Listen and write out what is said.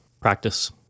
Practice